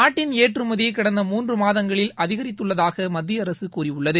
நாட்டின் ஏற்றுமதி கடந்த மூன்று மாதங்களில் அதிகித்துள்ளதாக மத்திய அரசு கூறியுள்ளது